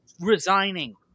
Resigning